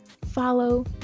follow